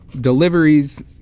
Deliveries